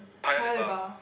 Paya-Lebar